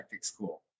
school